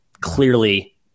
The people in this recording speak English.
clearly